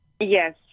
Yes